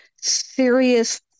serious